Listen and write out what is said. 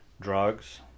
drugs